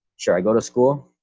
sure i go to school.